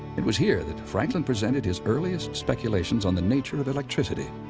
it was here that franklin presented his earliest speculations on the nature of electricity.